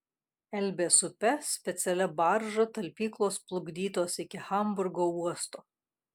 elbės upe specialia barža talpyklos plukdytos iki hamburgo uosto